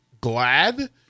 glad